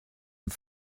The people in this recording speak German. ich